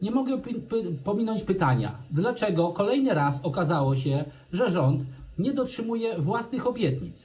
Nie mogę pominąć pytania, dlaczego kolejny raz okazało się, że rząd nie dotrzymuje własnych obietnic.